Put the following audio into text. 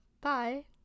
Bye